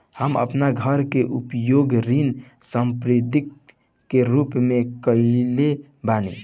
हम अपन घर के उपयोग ऋण संपार्श्विक के रूप में कईले बानी